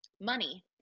money